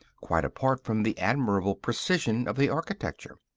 quite apart from the admirable precision of the architecture.